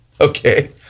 okay